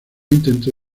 intentó